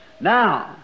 Now